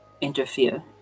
interfere